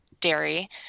dairy